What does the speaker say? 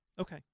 Okay